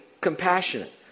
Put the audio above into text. compassionate